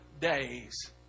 days